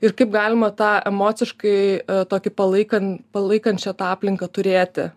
ir kaip galima tą emociškai tokį palaikant palaikančią tą aplinką turėti